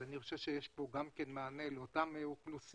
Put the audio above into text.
אני חושב שיש כאן מענה לאותן אוכלוסיות.